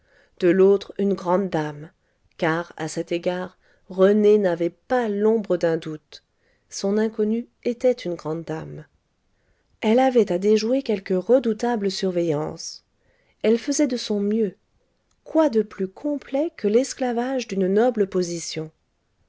de l'autre une grande dame car à cet égard rené n'avait pas l'ombre d'un doute son inconnue était une grande dame elle avait à déjouer quelque redoutable surveillance elle faisait de son mieux quoi de plus complet que l'esclavage d'une noble position